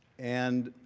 and